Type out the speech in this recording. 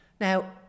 Now